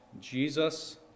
Jesus